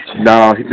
No